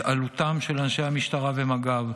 התעלותם של ראשי המשטרה ומג"ב,